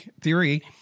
theory